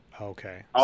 Okay